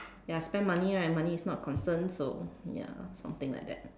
ya spend money right and money is not a concern so ya something like that